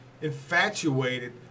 infatuated